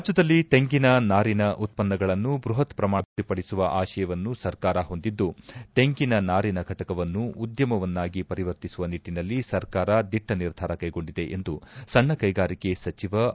ರಾಜ್ಯದಲ್ಲಿ ತೆಂಗಿನ ನಾರಿನ ಉತ್ಪನ್ನಗಳನ್ನು ಬೃಹತ್ ಪ್ರಮಾಣದಲ್ಲಿ ಅಭಿವೃದ್ಧಿಪಡಿಸುವ ಆಶಯವನ್ನು ಸರ್ಕಾರ ಹೊಂದಿದ್ದು ತೆಂಗಿನ ನಾರಿನ ಘಟಕವನ್ನು ಉದ್ಯಮವನ್ನಾಗಿ ಪರಿವರ್ತಿಸುವ ನಿಟ್ಟನಲ್ಲಿ ಸರ್ಕಾರ ದಿಟ್ಟ ನಿರ್ಧಾರ ಕೈಗೊಂಡಿದೆ ಎಂದು ಸಣ್ಣ ಕೈಗಾರಿಕೆ ಸಚಿವ ಎಸ್